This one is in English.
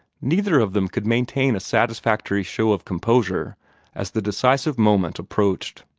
neither of them could maintain a satisfactory show of composure as the decisive moment approached.